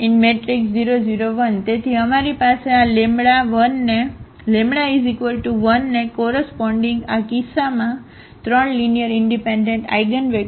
તેથી અમારી પાસે આ λ 1 ને કોરસપોન્ડીગ આ કિસ્સામાં ત્રણ લીનીઅરઇનડિપેન્ડન્ટ આઇગનવેક્ટર છે